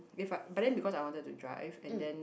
if I but then because I wanted to drive and then